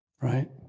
right